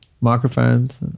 microphones